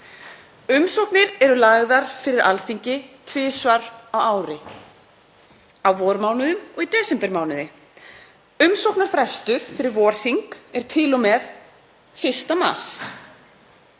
Umsóknir eru lagðar fyrir Alþingi tvisvar á ári, á vormánuðum og í desembermánuði. Umsóknarfrestur fyrir vorþing er til og með 1. mars